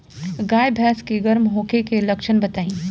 गाय भैंस के गर्म होखे के लक्षण बताई?